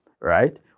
right